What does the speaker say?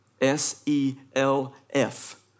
S-E-L-F